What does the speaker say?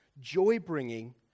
joy-bringing